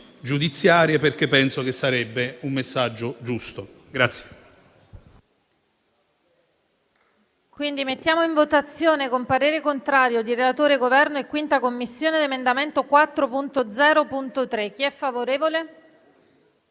giudiziarie, perché penso che sarebbe un messaggio giusto.